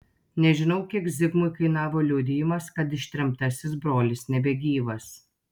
nežinau kiek zigmui kainavo liudijimas kad ištremtasis brolis nebegyvas